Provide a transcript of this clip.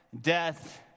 death